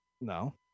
No